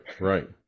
Right